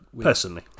Personally